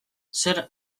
zer